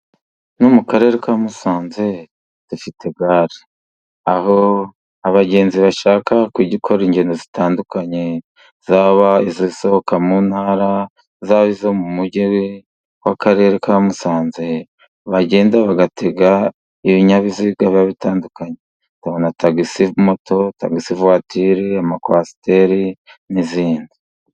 No mu karere ka Musanze dufite gare, aho abagenzi bashaka gukora ingendo zitandukanye zaba izisohoka mu ntara, zaba izo mu mujyi w'akarere ka Musanze bagenda bagatega ibinyabiziga biba bitandukanye babona tagisi moto, tagisi vuwatiri ,amakwasiteri n'izindi.